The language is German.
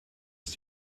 ist